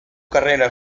carrera